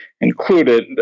Included